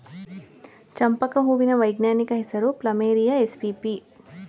ಚಂಪಕ ಹೂವಿನ ವೈಜ್ಞಾನಿಕ ಹೆಸರು ಪ್ಲಮೇರಿಯ ಎಸ್ಪಿಪಿ